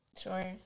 Sure